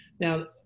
Now